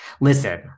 Listen